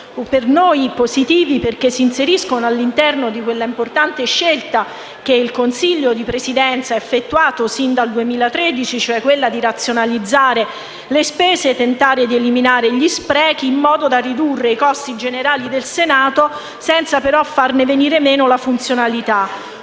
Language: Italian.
per noi positivi perché si inseriscono all'interno di quella importante scelta che il Consiglio di Presidenza ha effettuato sin dal 2013, cioè quella di razionalizzare le spese e tentare di eliminare gli sprechi in modo da ridurre i costi generali del Senato senza però farne venir meno la funzionalità.